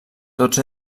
tots